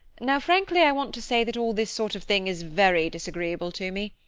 now frankly, i want to say that all this sort of thing is very disagreeable to me.